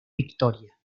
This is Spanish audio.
victoria